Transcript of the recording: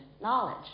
knowledge